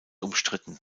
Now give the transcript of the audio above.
umstritten